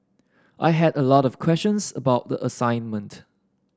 I had a lot of questions about the assignment